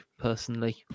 personally